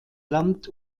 land